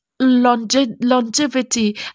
longevity